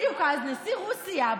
בדיוק אז נשיא רוסיה,